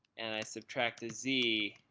and i subtract a z